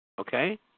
okay